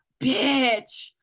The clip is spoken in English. Bitch